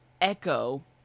Echo